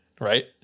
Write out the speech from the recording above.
right